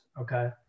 Okay